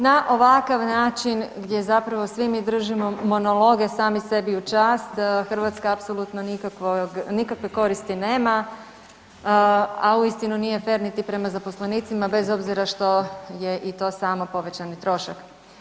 Na ovakav način gdje zapravo svi mi držimo monologe sami sebi u čast, Hrvatska apsolutno nikakve koristi nema, a uistinu nije fer niti prema zaposlenicima bez obzira što je i to samo povećani trošak.